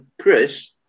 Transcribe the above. Chris